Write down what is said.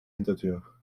hintertür